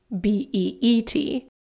B-E-E-T